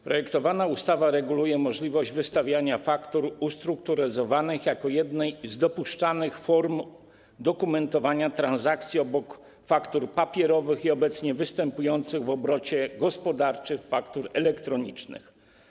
Projektowana ustawa reguluje możliwość wystawiania faktur ustrukturyzowanych stanowiących jedną z dopuszczalnych form dokumentowania transakcji obok faktur papierowych i obecnie występujących w obrocie gospodarczym faktur elektronicznych.